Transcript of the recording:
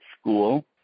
school